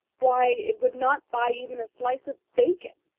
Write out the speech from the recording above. why, it would not buy even a slice of bacon.